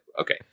Okay